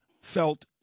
felt